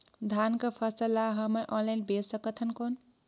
धान कर फसल ल हमन ऑनलाइन बेच सकथन कौन?